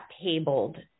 tabled